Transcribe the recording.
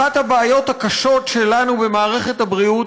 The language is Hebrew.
אחת הבעיות הקשות שלנו במערכת הבריאות